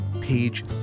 page